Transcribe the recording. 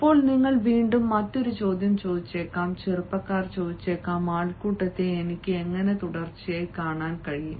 ഇപ്പോൾ നിങ്ങൾ വീണ്ടും മറ്റൊരു ചോദ്യം ചോദിച്ചേക്കാം ചെറുപ്പക്കാർ ചോദിച്ചേക്കാം ആൾക്കൂട്ടത്തെ എനിക്ക് എങ്ങനെ തുടർച്ചയായി കാണാൻ കഴിയും